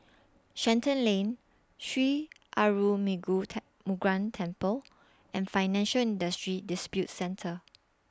Shenton Lane Sri Arulmigu Murugan Temple and Financial Industry Disputes Center